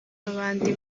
b’abandi